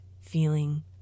feeling